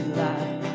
life